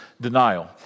denial